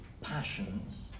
passions